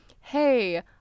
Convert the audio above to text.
hey